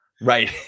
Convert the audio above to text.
Right